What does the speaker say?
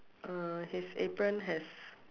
uh his apron has